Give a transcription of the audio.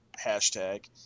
hashtag